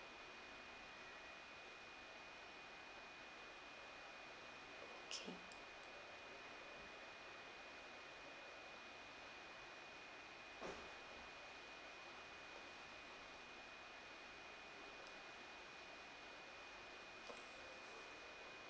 okay